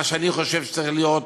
מה שאני חושב שצריך להיות,